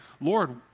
Lord